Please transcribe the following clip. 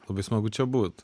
labai smagu čia būt